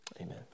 amen